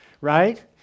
Right